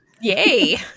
Yay